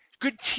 good